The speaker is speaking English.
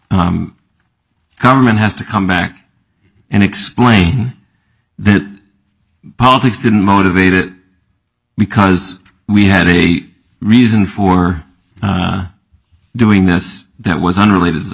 the government has to come back and explain the politics didn't motivated because we had a reason for doing this that was unrelated to the